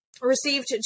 received